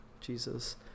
jesus